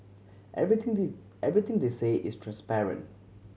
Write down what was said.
everything everything they say is transparent